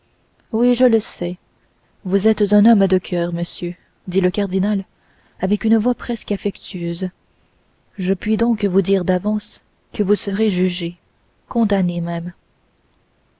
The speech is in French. oui je le sais vous êtes un homme de coeur monsieur dit le cardinal avec une voix presque affectueuse je puis donc vous dire d'avance que vous serez jugé condamné même